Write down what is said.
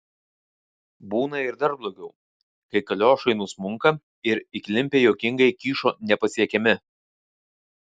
būna ir dar blogiau kai kaliošai nusmunka ir įklimpę juokingai kyšo nepasiekiami